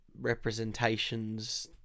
representations